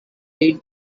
paid